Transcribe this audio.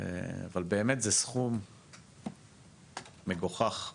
אבל באמת זה סכום מגוחך באירוע,